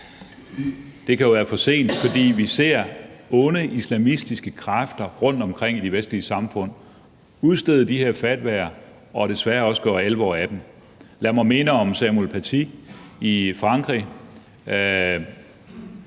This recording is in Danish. Det kan være for sent, fordi vi ser onde islamistiske kræfter rundtomkring i de vestlige samfund udstede de her fatwaer og desværre også gøre alvor af dem. Lad mig minde om Samuel Paty i Frankrig,